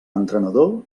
entrenador